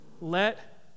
Let